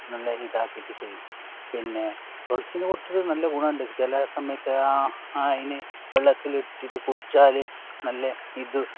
നല്ല ഇതാക്കിയിട്ട് ചെയ്യും പിന്നെ തുളസിനെ കുറിച്ചിട്ട് നല്ല ഗുണം ഉണ്ട് ചില സമയത്ത് അതിന് വെള്ളത്തിൽ ഇട്ടിട്ട് കുടിച്ചാൽ നല്ല ഇത്